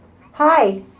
Hi